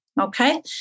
okay